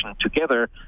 together